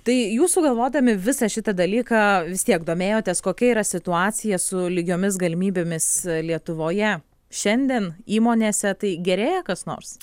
tai jūsų sugalvodami visą šitą dalyką vis tiek domėjotės kokia yra situacija su lygiomis galimybėmis lietuvoje šiandien įmonėse tai gerėja kas nors